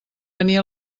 venir